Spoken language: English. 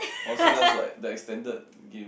also else like they extended again